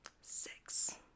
Six